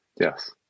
yes